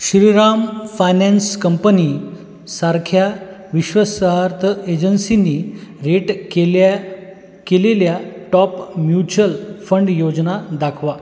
Shriram finance कंपनीसारख्या विश्वससार्थ एजन्सीनी रेट केल्या केलेल्या टॉप म्युच्युअल फंड योजना दाखवा